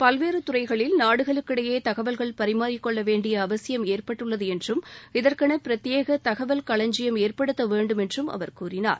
பல்வேறு துறைகளில் நாடுகளுக்கிடையே தகவல்கள் பரிமாறிக்கொள்ள வேண்டிய அவசியம் ஏற்பட்டுள்ளது என்றும் இதற்கௌ பிரத்யேக தகவல் களஞ்சியம் ஏற்படுத்த வேண்டும் என்றும் அவர் கூறினார்